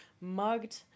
mugged